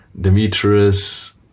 Demetrius